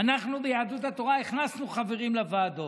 אנחנו ביהדות התורה הכנסנו חברים לוועדות,